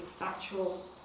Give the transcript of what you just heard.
actual